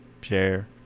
share